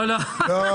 לא, לא.